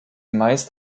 meist